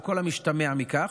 על כל המשתמע מכך,